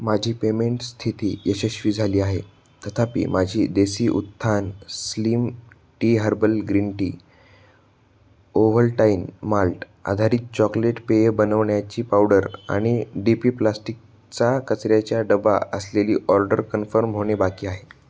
माझी पेमेंट स्थिती यशस्वी झाली आहे तथापि माझी Desi Utthan slim tea herbal green tea Ovaltine malt आधारित चॉकलेट पेय बनवण्याची पावडर आणि डी पी प्लास्टिकचा कचऱ्याच्या डबा असलेली ऑर्डर कन्फर्म होणे बाकी आहे